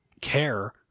care